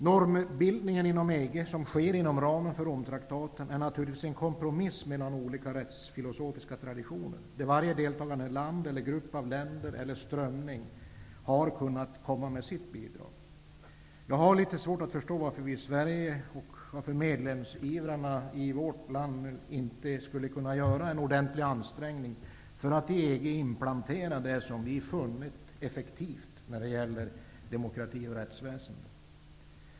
Normbildningen inom EG, som sker inom ramen för Romtraktaten, utgör naturligtvis en kompromiss mellan olika rättsfilosofiska traditioner där varje deltagande land, grupp av länder eller olika strömningar har kunnat komma med sitt bidrag. Jag har litet svårt att förstå varför Sverige, och medlemsivrarna i vårt land, inte skulle kunna göra en ordentlig ansträngning för att i EG inplantera det som vi funnit vara effektivt när det gäller demokrati och rättsväsende.